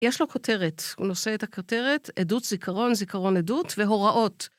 יש לו כותרת, הוא נושא את הכותרת, עדות זיכרון, זיכרון עדות, והוראות.